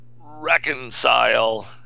reconcile